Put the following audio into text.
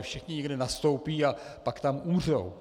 Všichni někde nastoupí a pak tam umřou.